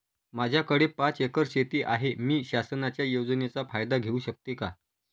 माझ्याकडे पाच एकर शेती आहे, मी शासनाच्या योजनेचा फायदा घेऊ शकते का?